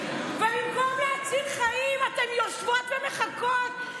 ובמקום להציל חיים אתן יושבות ומחכות.